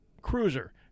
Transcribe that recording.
cruiser